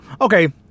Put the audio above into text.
Okay